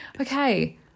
Okay